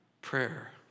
prayer